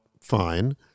fine